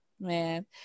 Man